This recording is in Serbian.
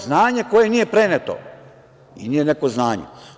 Znanje koje nije preneto i nije neko znanje.